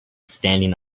standing